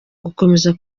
gukomeza